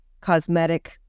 cosmetic